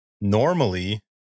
Normally